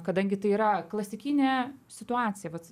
kadangi tai yra klasikinė situacija vat